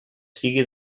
sigui